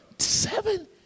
seven